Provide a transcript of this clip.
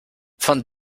von